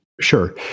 Sure